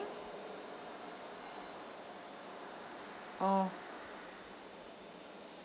oh